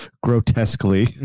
Grotesquely